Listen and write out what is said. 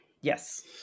Yes